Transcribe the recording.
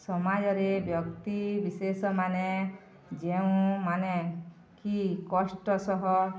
ସମାଜରେ ବ୍ୟକ୍ତି ବିଶେଷମାନେ ଯେଉଁମାନେ କି କଷ୍ଟ ସହ